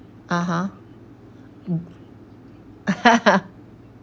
(uh huh)